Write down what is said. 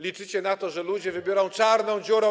Liczycie na to, że ludzie wybiorą czarną dziurę.